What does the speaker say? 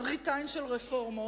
מראית עין של רפורמות,